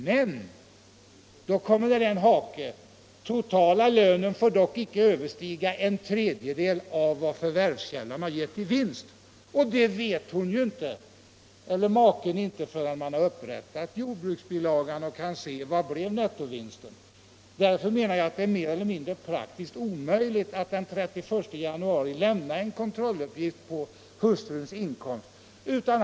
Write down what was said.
Men där finns det en hake: den totala lönen får inte överstiga en tredjedel av vad förvärvskällan har gett i vinst — och det vet ju varken hustrun eller maken förrän jordbruksbilagan upprättats och de där kan se hur stor nettovinsten blivit. Därför menar jag att det i praktiken är mer eller mindre omöjligt för maken att redan den 31 januari lämna en kontrolluppgift på hustruns inkomst.